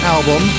Album